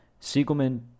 Siegelman